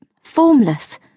formless